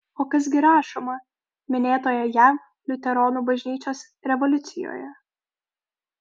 o kas gi rašoma minėtoje jav liuteronų bažnyčios rezoliucijoje